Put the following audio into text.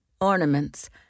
Ornaments